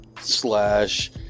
slash